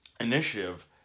initiative